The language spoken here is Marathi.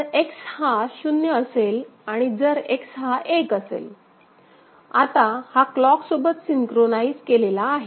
जर X हा 0 असेल आणि जर X हा 1 असेल आता हा क्लॉक सोबत सिन्क्रोनाईझ केलेला आहे